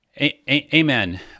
Amen